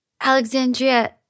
Alexandria